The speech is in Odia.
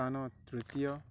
ସ୍ଥାନ ତୃତୀୟ